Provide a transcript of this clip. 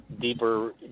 deeper